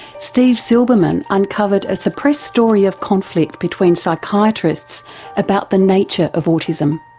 steve silberman uncovered a suppressed story of conflict between psychiatrists about the nature of autism.